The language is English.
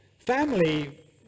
Family